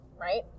right